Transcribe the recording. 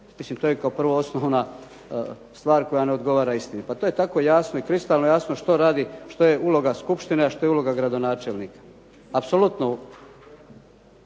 Mislim to je kao prvo osnovna stvar koja ne odgovara istini. Pa to je tako jasno i kristalno jasno što radi, što je uloga skupštine, a što je uloga gradonačelnika. Apsolutno